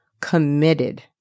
committed